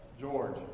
George